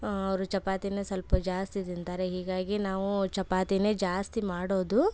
ಅವರು ಚಪಾತೀನ ಸ್ವಲ್ಪ ಜಾಸ್ತಿ ತಿಂತಾರೆ ಹೀಗಾಗಿ ನಾವು ಚಪಾತಿನ್ನೇ ಜಾಸ್ತಿ ಮಾಡೋದು